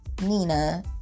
Nina